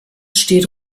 steht